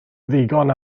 ddigon